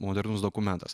modernus dokumentas